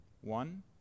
One